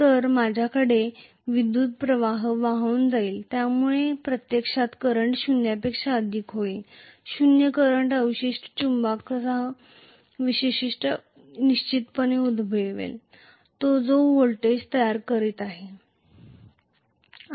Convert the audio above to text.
तर माझ्याकडे विद्युत् प्रवाह वाहून जाईल ज्यामुळे प्रत्यक्षात करंट शून्यापेक्षा अधिक होईल शून्य करंट अवशिष्ट चुंबकासह निश्चितच उद्भवेल जो व्होल्टेज तयार करीत आहे